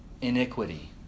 iniquity